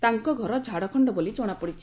ତାଙ୍କ ଘର ଝାଡ଼ଖଣ୍ଡ ବୋଲି ଜଣାପଡ଼ିଛି